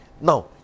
now